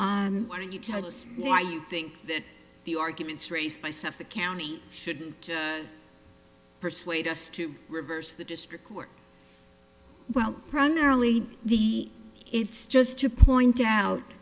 us why you think that the arguments raised by suffolk county should persuade us to reverse the district court well primarily the it's just to point out